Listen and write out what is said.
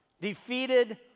defeated